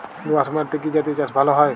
দোয়াশ মাটিতে কি জাতীয় চাষ ভালো হবে?